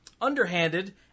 underhanded